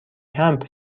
کمپ